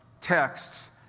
texts